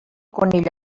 conill